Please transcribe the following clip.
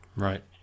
Right